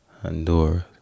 Honduras